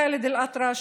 ח'אלד אלאטרש,